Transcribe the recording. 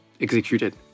executed